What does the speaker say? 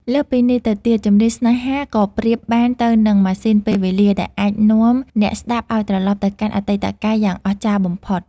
លើសពីនេះទៅទៀត ចម្រៀងស្នេហា ក៏ប្រៀបបានទៅនឹងម៉ាស៊ីនពេលវេលាដែលអាចនាំអ្នកស្ដាប់ឱ្យត្រឡប់ទៅកាន់អតីតកាលយ៉ាងអស្ចារ្យបំផុត។